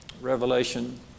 Revelation